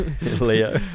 Leo